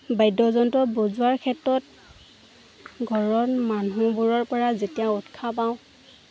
বাদ্যযন্ত্ৰ বজোৱাৰ ক্ষেত্ৰত ঘৰৰ মানুহবোৰৰ পৰা যেতিয়া উৎসাহ পাওঁ